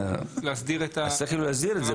כי הסעיף כאן,